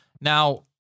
Now